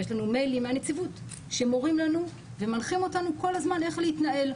ויש לנו מיילים מהנציבות שמורים לנו ומנחים אותנו כל הזמן איך להתנהל,